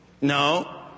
No